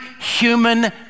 human